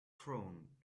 prone